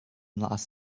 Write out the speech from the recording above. los